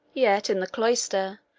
yet in the cloister,